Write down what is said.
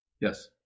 Yes